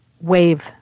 wave